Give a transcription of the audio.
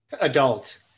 adult